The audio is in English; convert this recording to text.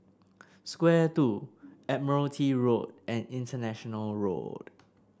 Square Two Admiralty Road and International Road